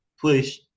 push